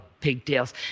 pigtails